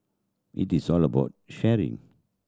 it is all about sharing